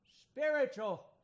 spiritual